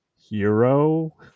hero